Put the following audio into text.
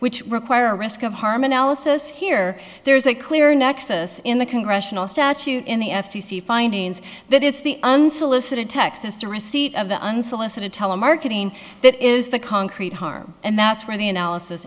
which require risk of harm analysis here there's a clear nexus in the congressional statute in the f c c findings that is the unsolicited texas to receipt of the unsolicited telemarketing that is the concrete harm and that's where the analysis